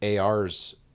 ARs